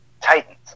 Titans